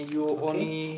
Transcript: okay